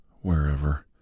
wherever